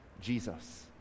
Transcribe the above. Jesus